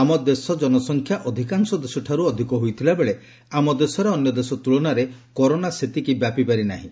ଆମ ଦେଶ ଜନସଂଖ୍ୟା ଅଧିକାଂଶ ଦେଶଠାରୁ ଅଧିକ ହୋଇଥିଲାବେଳେ ଆମ ଦେଶରେ ଅନ୍ୟ ଦେଶ ତୁଳନାରେ କରୋନା ସେତିକି ବ୍ୟାପି ପାରିନାହିଁ